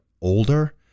older